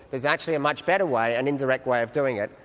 there's actually a much better way, an indirect way of doing it,